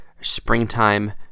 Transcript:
springtime